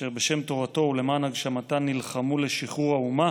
אשר בשם תורתו ולמען הגשמתה נלחמו לשחרור האומה,